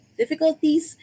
difficulties